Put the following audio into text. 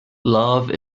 love